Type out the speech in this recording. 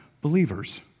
believers